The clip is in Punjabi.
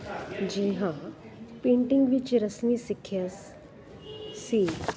ਜੀ ਹਾਂ ਪੇਂਟਿੰਗ ਵਿੱਚ ਰਸਮੀ ਸਿੱਖਿਆ ਸੀ